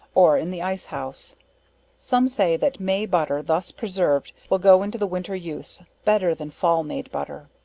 or in the ice house some say that may butter thus preserved, will go into the winter use, better than fall made butter.